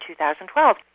2012